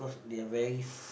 they are very s~